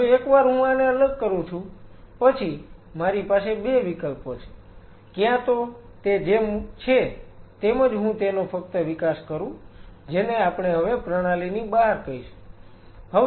હવે એકવાર હું આને અલગ કરું છું પછી મારી પાસે 2 વિકલ્પો છે ક્યા તો તે જેમ છે તેમજ હું તેનો ફક્ત વિકાસ કરું જેને આપણે હવે પ્રણાલીની બહાર કહીશું